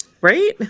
right